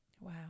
Wow